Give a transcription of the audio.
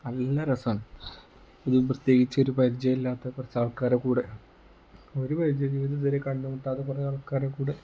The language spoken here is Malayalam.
നല്ല രസമാണ് ഇത് പ്രത്യേകിച്ചൊരു പരിചയം ഇല്ലാത്ത കുറച്ച് ആൾക്കാരുടെ കൂടെ ഒരു പരിചയ ജീവിതത്തിൽ ഇതുവരെ കണ്ടു മുട്ടാത്ത കുറേ ആൾക്കാരുടെ കൂടെ